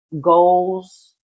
goals